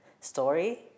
story